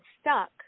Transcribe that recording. stuck